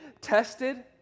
tested